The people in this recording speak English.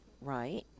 right